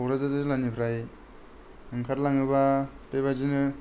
कक्राझार जिल्लानिफ्राय ओंखारलाङोबा बेबादिनो